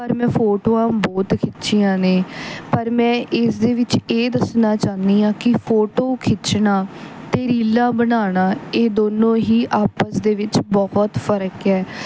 ਪਰ ਮੈਂ ਫੋਟੋਆਂ ਬਹੁਤ ਖਿੱਚੀਆਂ ਨੇ ਪਰ ਮੈਂ ਇਸ ਦੇ ਵਿੱਚ ਇਹ ਦੱਸਣਾ ਚਾਹੁੰਦੀ ਹਾਂ ਕਿ ਫੋਟੋ ਖਿੱਚਣਾ ਅਤੇ ਰੀਲਾਂ ਬਣਾਉਣਾ ਇਹ ਦੋਨੋਂ ਹੀ ਆਪਸ ਦੇ ਵਿੱਚ ਬਹੁਤ ਫਰਕ ਹੈ